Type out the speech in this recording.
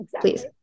Please